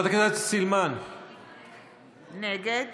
נגד